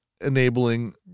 enabling